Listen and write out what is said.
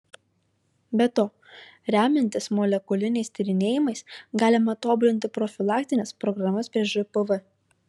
be to remiantis molekuliniais tyrinėjimais galima tobulinti profilaktines programas prieš žpv